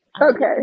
Okay